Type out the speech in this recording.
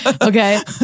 Okay